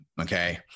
Okay